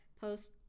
post